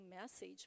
message